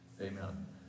Amen